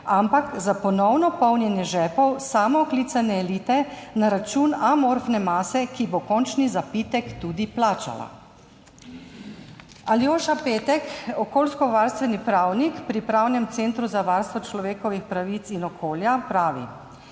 ampak za ponovno polnjenje žepov samooklicane elite na račun amorfne mase, ki bo končni zapitek tudi plačala." Aljoša Petek, okoljskovarstveni pravnik pri Upravnem centru za varstvo človekovih pravic in okolja pravi: